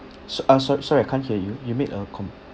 so~ uh sorry sorry I can't hear you you made a com~